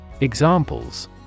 Examples